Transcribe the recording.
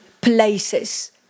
places